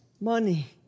money